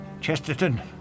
Chesterton